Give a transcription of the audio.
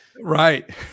right